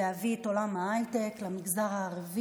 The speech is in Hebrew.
כדי להביא את עולם ההייטק למגזר הערבי.